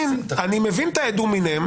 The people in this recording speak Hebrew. אני מבין את האד הומינם.